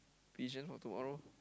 vision for tomorrow